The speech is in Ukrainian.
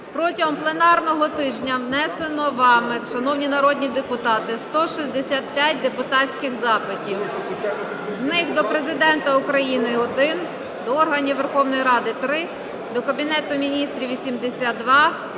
протягом пленарного тижня внесено вами, шановні народні депутати, 165 депутатських запитів. З них: до Президента – 1; до органів Верховної Ради – 3; до Кабінету Міністрів –